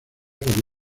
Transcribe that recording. como